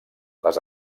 les